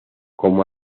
como